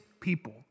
people